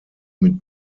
mit